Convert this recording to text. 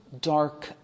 dark